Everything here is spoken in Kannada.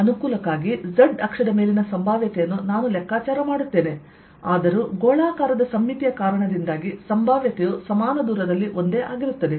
ಅನುಕೂಲಕ್ಕಾಗಿ z ಅಕ್ಷದ ಮೇಲಿನ ಸಂಭಾವ್ಯತೆಯನ್ನು ನಾನು ಲೆಕ್ಕಾಚಾರ ಮಾಡುತ್ತೇನೆ ಆದರೂ ಗೋಳಾಕಾರದ ಸಮ್ಮಿತಿಯ ಕಾರಣದಿಂದಾಗಿ ಸಂಭಾವ್ಯತೆಯು ಸಮಾನ ದೂರದಲ್ಲಿ ಒಂದೇ ಆಗಿರುತ್ತದೆ